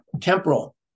temporal